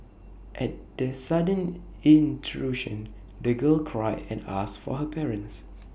at the sudden intrusion the girl cried and asked for her parents